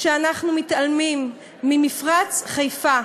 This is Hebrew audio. שאנחנו מתעלמים ממפרץ חיפה.